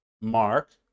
Mark